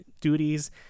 duties